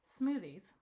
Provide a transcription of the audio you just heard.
smoothies